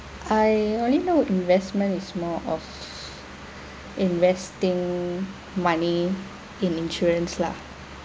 I only know investment is more of investing money in insurance lah